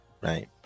right